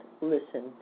listen